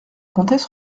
comtesse